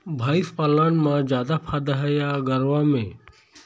भंइस पालन म जादा फायदा हे या गरवा में?